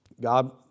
God